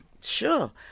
sure